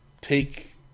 take